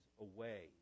away